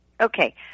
Okay